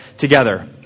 together